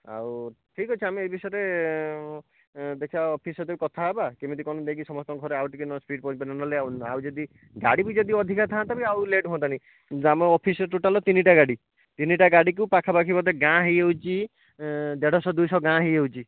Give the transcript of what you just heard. ଆଉ ଠିକ୍ ଅଛି ଆମେ ଏଇ ବିଷୟରେ ଦେଖିବା ଅଫିସ୍ ସହିତ ବି କଥାହେବା କେମିତି କ'ଣ ନେଇକି ସମସ୍ତଙ୍କ ଘରେ ଆଉ ଟିକିଏ ନ ସ୍ପିଡ଼୍ ପହଁଞ୍ଚିପାରିବ ନହେଲେ ଆଉ ଆଉ ଯଦି ଗାଡ଼ି ବି ଯଦି ଅଧିକା ଥାଆନ୍ତା ବି ଆଉ ଲେଟ୍ ହୁଅନ୍ତା ନି ଆମ ଅଫିସ୍ ରେ ଟୋଟାଲ୍ ତିନିଟା ଗାଡ଼ି ତିନିଟା ଗାଡ଼ିକୁ ପାଖାପାଖି ବୋଧେ ଗାଁ ହେଇଯାଉଛି ଦେଢ଼ଶହ ଦୁଇଶହ ଗାଁ ହେଇଯାଉଛି